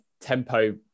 tempo